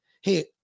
hey